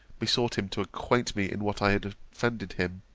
besought him to acquaint me in what i had offended him?